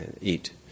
eat